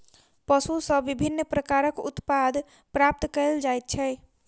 पशु सॅ विभिन्न प्रकारक उत्पाद प्राप्त कयल जाइत छै